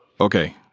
okay